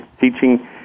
teaching